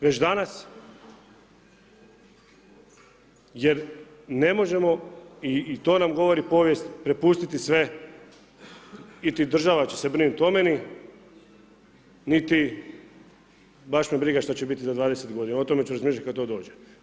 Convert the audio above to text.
Već danas jer ne možemo i to nam govori povijest prepust sve niti država će se brinuti o meni niti baš me briga što će biti za 20 godina, o tome ću razmišljati kad to dođe.